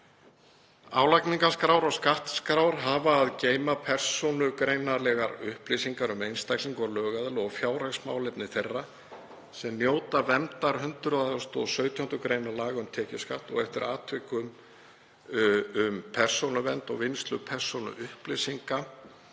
Álagningarskrár og skattskrár hafa að geyma persónugreinanlegar upplýsingar um einstaklinga og lögaðila og fjárhagsmálefni þeirra sem njóta verndar 117. gr. laga um tekjuskatt og eftir atvikum laga um persónuvernd og vinnslu persónuupplýsinga,